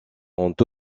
ont